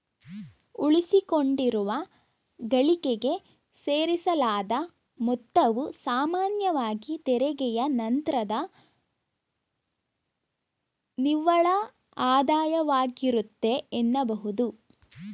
ಉಳಿಸಿಕೊಂಡಿರುವ ಗಳಿಕೆಗೆ ಸೇರಿಸಲಾದ ಮೊತ್ತವು ಸಾಮಾನ್ಯವಾಗಿ ತೆರಿಗೆಯ ನಂತ್ರದ ನಿವ್ವಳ ಆದಾಯವಾಗಿರುತ್ತೆ ಎನ್ನಬಹುದು